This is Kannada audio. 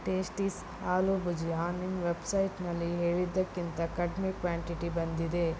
ಟೇಸ್ಟೀಸ್ ಆಲೂ ಭುಜಿಯಾ ನಿಮ್ಮ ವೆಬ್ಸೈಟ್ನಲ್ಲಿ ಹೇಳಿದ್ದಕ್ಕಿಂತ ಕಡಿಮೆ ಕ್ವಾಂಟಿಟಿ ಬಂದಿದೆ